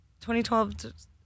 2012